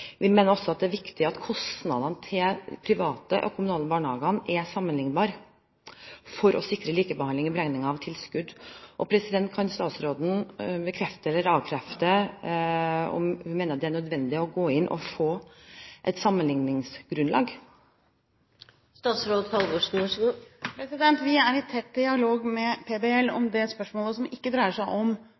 Vi mener også det er viktig at kostnadene til private og til kommunale barnehager er sammenlignbare, for å sikre likebehandling av beregning av tilskudd. Kan statsråden bekrefte – eller avkrefte – om hun mener det er nødvendig å gå inn og få et sammenligningsgrunnlag? Vi er i tett dialog med Private Barnehagers Landsforbund om det spørsmålet. Det dreier seg ikke om